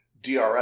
DRS